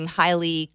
highly